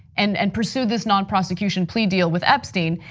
and and pursued this non-prosecution plea deal with epstein.